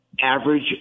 average